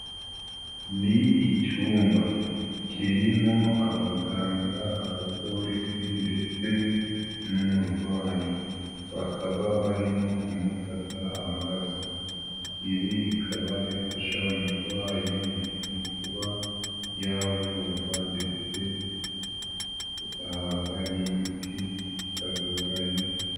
Ni icyumba, kirimo abaganga, abapolisi ndetse n'umurwayi, bakaba barimo kumufata amaraso, ibi bikaba bifasha umurwayi mu kuba yavurwa ndetse bagahabwa n'imiti bitagoranye.